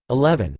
eleven.